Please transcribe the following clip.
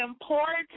Important